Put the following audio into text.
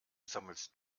sammelst